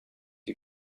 you